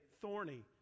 thorny